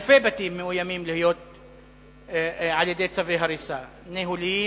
אלפי בתים מאוימים על-ידי צווי הריסה ניהוליים,